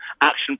action